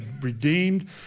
redeemed